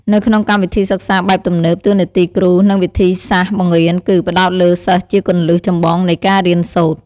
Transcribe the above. នៅក្នុងកម្មវិធីសិក្សាបែបទំនើប តួនាទីគ្រូ និងវិធីសាស្ត្របង្រៀនគឺ ផ្ដោតលើសិស្សជាគន្លឹះចម្បងនៃការរៀនសូត្រ។